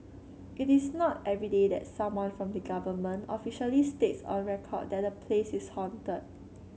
it is not everyday that someone from the government officially states on record that a place is haunted